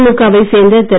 திழுகவை சேர்ந்த திரு